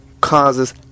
causes